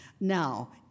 Now